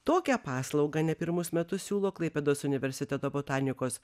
tokią paslaugą ne pirmus metus siūlo klaipėdos universiteto botanikos